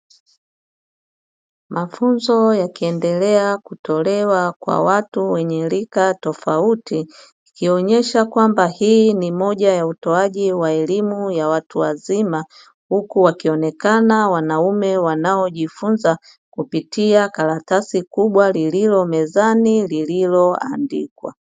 Mafunzo yakiendelea kutolewa kwa watu wenye rika tofauti, ikionyesha kwamba hii ni moja ya utoaji wa elimu ya watu wazima, huku wakionekana wanaume wanaojifunza kupitia karatasi kubwa, lililo mezani lililoandikwa.